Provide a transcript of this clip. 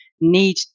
need